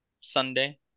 Sunday